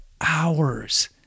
hours